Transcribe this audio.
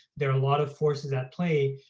there are a lot of forces at play,